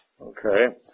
Okay